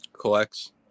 collects